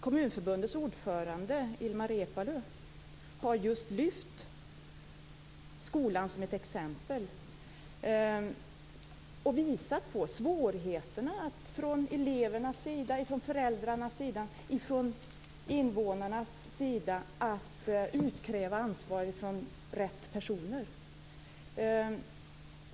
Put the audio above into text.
Kommunförbundets ordförande, Ilmar Reepalu, har lyft fram skolan som ett exempel och visat på svårigheterna för elever, föräldrar och invånare att utkräva ansvar från rätt personer.